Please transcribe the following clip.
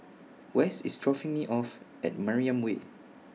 West IS dropping Me off At Mariam Way